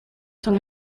son